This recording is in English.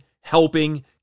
helping